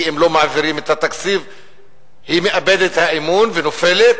כי אם לא מעבירים את התקציב היא מאבדת את האמון ונופלת,